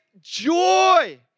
joy